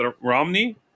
Romney